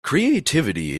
creativity